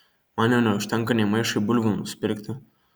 man jau neužtenka nė maišui bulvių nusipirkti